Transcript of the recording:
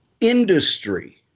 industry